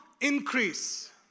increase